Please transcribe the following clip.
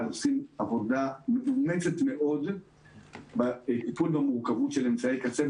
עושים עבודה מאומצת מאוד בטיפול במורכבות של אמצעי קצה,